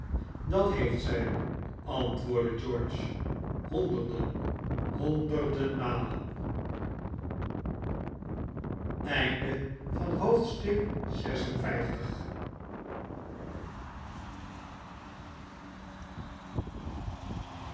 dat heeft zij antwoordde george honderden honderden malen